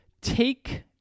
take